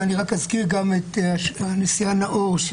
ואני רק אזכיר גם את הנשיאה נאור,